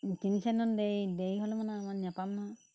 তিনি চাৰিদিন মান দেৰি হ'লে মানে আমাৰ নাপাম নহয়